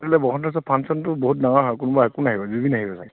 সেইফালে বসন্ত উৎসৱ ফাংচনটো বহুত ডাঙৰ হয় কোনোবা কোন আহিব জুবিন আহিব চাগে